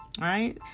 Right